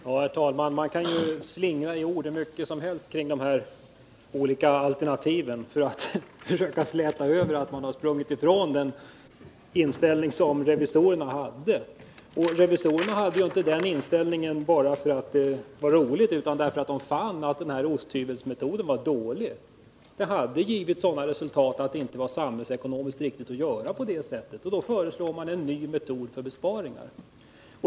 Herr talman! Man kan ju i ord slingra sig hur mycket som helst i vad gäller de olika alternativen för att försöka släta över det förhållandet att man har sprungit ifrån revisorernas inställning. Revisorerna hade inte den inställningen bara därför att det var roligt utan därför att man fann att osthyvelsmetoden var dålig. Det hade givit sådana resultat att det inte var samhällsekonomiskt riktigt att göra på det sättet. Då föreslog man en ny metod för besparingar.